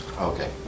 Okay